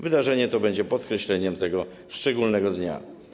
Wydarzenie to będzie podkreśleniem tego szczególnego dnia.